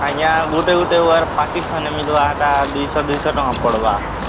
ଆଜ୍ଞା ଗୁଟେ ଗୁଟେ ୱାୟାର ପାକେଟ୍ ସାଙ୍ଗେ ମିଲ୍ବାଟା ଦୁଇ ଶହ ଦୁଇ ଶହ ଟଙ୍କା ପଡ଼୍ବା